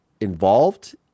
involved